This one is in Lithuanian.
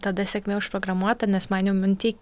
tada sėkmė užprogramuota nes man jo minty